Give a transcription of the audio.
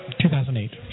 2008